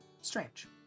strange